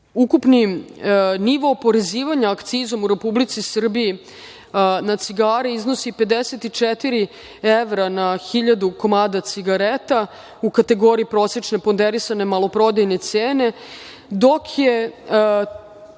ukupni nivo oporezivanja akcizom u Republici Srbiji na cigare iznosi 54 evra na 1.000 komada cigareta u kategoriji prosečne ponderisane maloprodajne cene, dok u